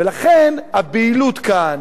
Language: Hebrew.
ולכן הבהילות כאן,